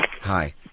Hi